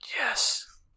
Yes